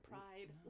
Pride